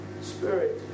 spirit